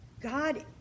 God